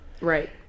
right